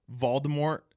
voldemort